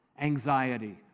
anxiety